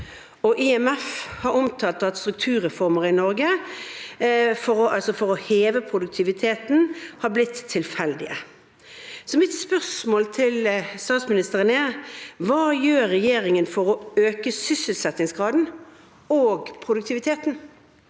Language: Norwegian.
IMF har omtalt at strukturreformer i Norge for å heve produktiviteten, har blitt tilfeldige. Mitt spørsmål til statsministeren er: Hva gjør regjeringen for å øke sysselsettingsgraden og produktiviteten?